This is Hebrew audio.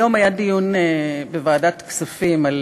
היום היה דיון בוועדת הכספים על